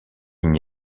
n’y